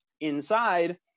inside